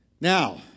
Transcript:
Now